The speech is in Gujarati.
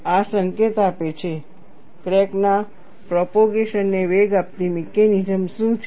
આ સંકેત આપે છે ક્રેકના પ્રોપોગેશન ને વેગ આપતી મિકેનિઝમ શું છે